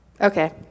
okay